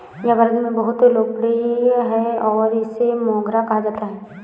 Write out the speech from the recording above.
यह भारत में बहुत लोकप्रिय है और इसे मोगरा कहा जाता है